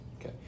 Okay